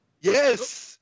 yes